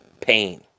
pain